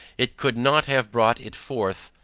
it could not have brought it forth,